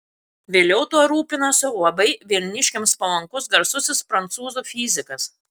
vėliau tuo rūpinosi labai vilniškiams palankus garsusis prancūzų fizikas